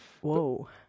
Whoa